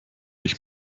ich